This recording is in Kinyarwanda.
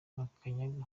makanyaga